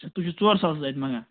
اچھا تُہۍ چھُو ژور ساس حظ اَتہِ منٛگان